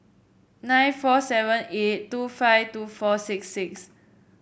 nine four seven eight two five two four six six